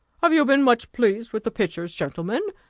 have you been much pleased with the pictures, gentlemen?